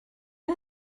you